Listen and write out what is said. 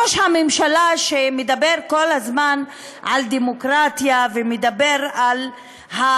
ראש הממשלה שמדבר כל הזמן על דמוקרטיה ועל הצורך